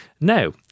Now